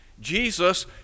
Jesus